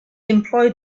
employed